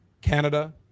Canada